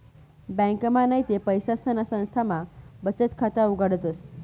ब्यांकमा नैते पैसासना संस्थामा बचत खाता उघाडतस